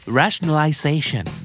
rationalization